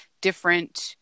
different